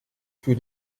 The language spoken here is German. für